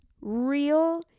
real